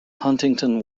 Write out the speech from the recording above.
huntington